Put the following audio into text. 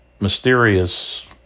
mysterious